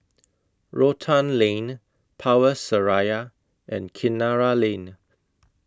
Rotan Lane Power Seraya and Kinara Lane